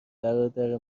برادر